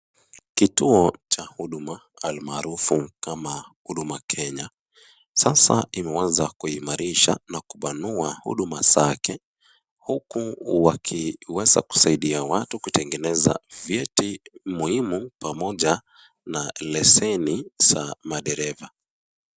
Kituo cha huduma almaarufu kama huduma Kenya sasa imeanza kuimarisha na kupanua huduma zake huku wakiweza kusaidia watu kutengeneza vyeti muhimu pamoja na leseni za madereva.